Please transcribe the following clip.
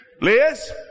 Liz